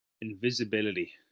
Invisibility